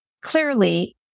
clearly